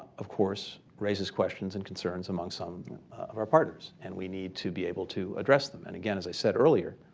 of course, raises questions and concerns among some of our partners. and we need to be able to address them. and again as i said earlier,